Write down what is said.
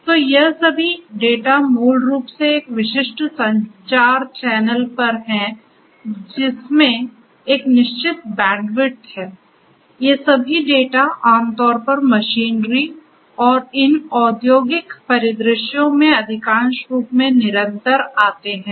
तो यह सभी डेटा मूल रूप से एक विशिष्ट संचार चैनल पर है जिसमें एक निश्चित बैंडविड्थ है ये सभी डेटा आमतौर पर मशीनरी और इन औद्योगिक परिदृश्यों में अधिकांश रूप में निरंतर आते हैं